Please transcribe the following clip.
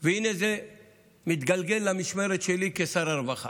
והינה, זה מתגלגל למשמרת שלי כשר הרווחה.